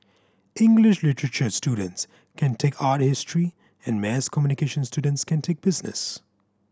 English literature students can take art history and mass communication students can take business